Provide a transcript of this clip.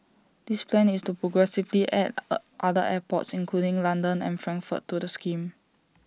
this plan is to progressively add other airports including London and Frankfurt to the scheme